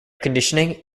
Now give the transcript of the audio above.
conditioning